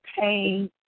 pain